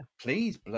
Please